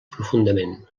profundament